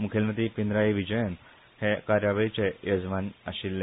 मुखेलमंत्री पिनराई विजयन हे कार्यावळीचे येजमान आशिल्ले